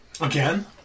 Again